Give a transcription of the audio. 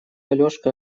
алешка